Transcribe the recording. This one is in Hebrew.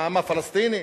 העם הפלסטיני,